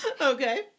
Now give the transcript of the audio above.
Okay